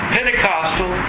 Pentecostal